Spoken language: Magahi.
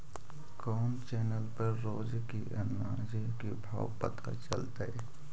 कोन चैनल पर रोज के अनाज के भाव पता चलतै?